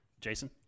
Jason